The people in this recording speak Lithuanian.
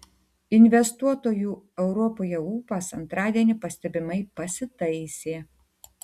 investuotojų europoje ūpas antradienį pastebimai pasitaisė